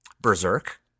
Berserk